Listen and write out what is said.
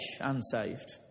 unsaved